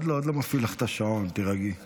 חיילים, חיילים יקרים,